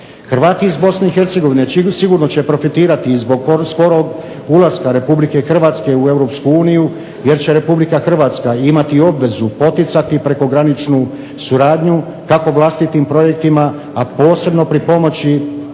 Hrvati iz Bosne i Hercegovine sigurno će profitirati zbog skorog ulaska Republike Hrvatske u Europsku uniju, jer će Republika Hrvatska imati obvezu poticati prekograničnu suradnju kako vlastitim projektima, a posebno pri pomoći